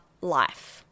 life